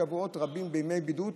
שבועות רבים בימי בידוד,